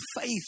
faith